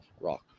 rock